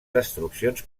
destruccions